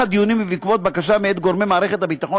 אני רוצה להחליף את השיח הזה,